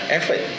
Effort